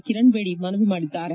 ಕಿರಣ್ ಬೇಡಿ ಮನವಿ ಮಾಡಿದ್ದಾರೆ